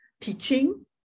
teaching